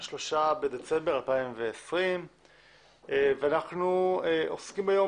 ה-3 בדצמבר 2020. אנחנו עוסקים היום